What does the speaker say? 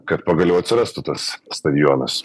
kad pagaliau atsirastų tas stadionas